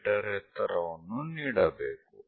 me ಎತ್ತರವನ್ನು ನೀಡಬೇಕು